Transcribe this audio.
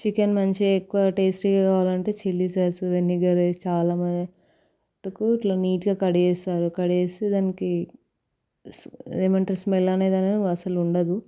chicken మంచిగా ఎక్కువ టేస్టీగా కావాలంటే చిల్లీ సాస్ వెనిగర్ వేసి చాల్లము అట్లా నీట్గా కడిగేస్తారు కడిగేసి దానికి ఏమంటారు స్మెల్ అనేది అసలు ఉండదు